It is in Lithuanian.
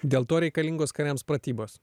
dėl to reikalingos kariams pratybos